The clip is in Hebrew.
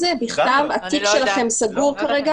התיק שלכם סגור?